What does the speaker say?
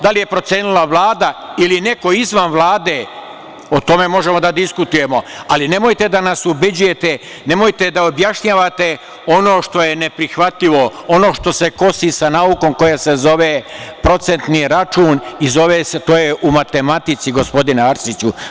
Da li je procenila Vlada ili neko izvan Vlade, o tome možemo da diskutujemo, ali nemojte da nas ubeđujete, nemojte da objašnjavate ono što je neprihvatljivo, ono što se kosi sa naukom koja se zove procentni račun i to je u matematici, gospodine Arsiću.